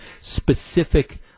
specific